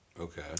Okay